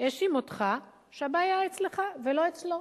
האשים אותך שהבעיה היא אצלך ולא אצלו.